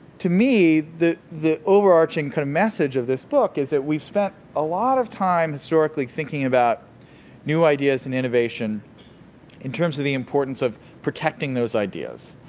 to me, the the overarching kind of message of this book is we spent a lot of time historically thinking about new ideas and innovation in terms of the importance of protecting those ideas.